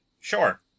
sure